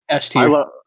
ST